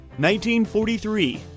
1943